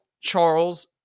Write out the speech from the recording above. Charles